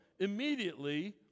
Immediately